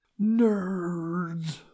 Nerds